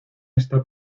esta